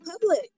public